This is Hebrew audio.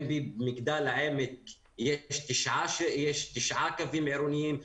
אם כי במגדל העמק יש תשעה קווים עירוניים.